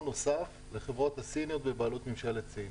נוסף לחברות הסיניות בבעלות ממשלת סין.